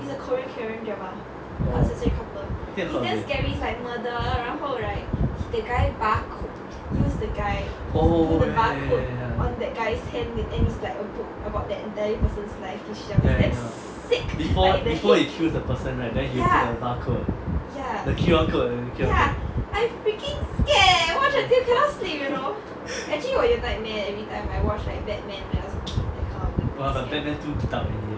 oh oh ya ya ya ya ya ya ya before he kills the person right then he'll put the bar code the Q_R code the Q_R code